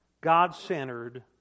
God-centered